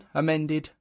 amended